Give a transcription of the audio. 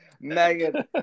Megan